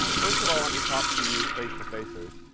first of all, let me talk to you facetofacers.